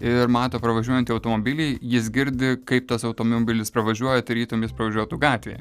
ir mato pravažiuojantį automobilį jis girdi kaip tas automobilis pravažiuoja tarytum jis pravažiuotų gatvėje